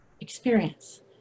experience